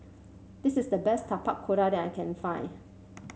this is the best Tapak Kuda that I can find